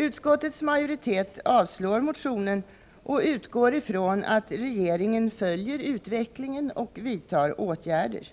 Utskottets majoritet avslår motionen och utgår från att regeringen följer utvecklingen och vidtar åtgärder.